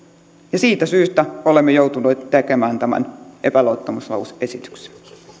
siitä syystä olemme joutuneet tekemään tämän epäluottamuslause esityksen